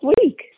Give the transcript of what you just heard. week